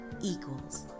equals